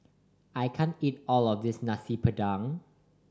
I can't eat all of this Nasi Padang